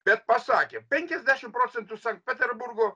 bet pasakė penkiasdešim procentų sankt peterburgo